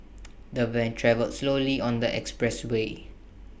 the van travelled slowly on the expressway